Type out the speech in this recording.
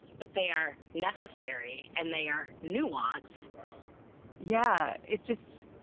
but they are necessary and they are nuanced yeah, it's just